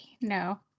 No